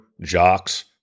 jocks